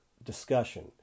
discussion